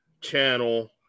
channel